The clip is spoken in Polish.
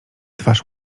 twarz